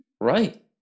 Right